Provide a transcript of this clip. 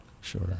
Sure